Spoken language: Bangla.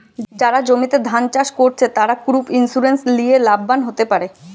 যারা জমিতে ধান চাষ কোরছে, তারা ক্রপ ইন্সুরেন্স লিয়ে লাভবান হোতে পারে